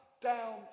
down